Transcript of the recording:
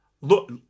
look